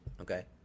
Okay